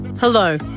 Hello